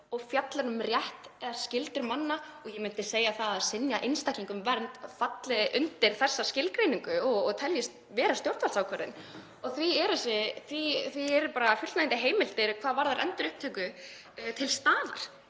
og fjallar um rétt eða skyldur manna — og ég myndi segja að það að synja einstaklingi um vernd falli undir þessa skilgreiningu og teljist vera stjórnvaldsákvörðun og því eru fullnægjandi heimildir hvað varðar endurupptöku til staðar